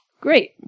Great